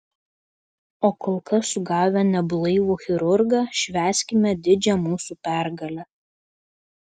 o kol kas sugavę neblaivų chirurgą švęskime didžią mūsų pergalę